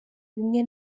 bimwe